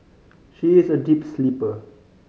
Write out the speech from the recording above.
she is a deep sleeper